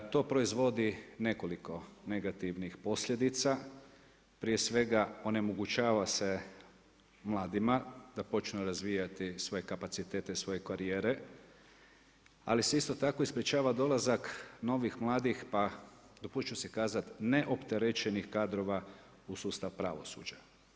To proizvodi nekoliko negativnih posljedica, prije svega onemogućava se mladima da počnu razvijati svoje kapacitete, svoje karijere, ali se isto tako i sprječava dolazak novih mladih, pa dopustiti ću si kazati, ne opterećenih kadrova u sustav pravosuđa.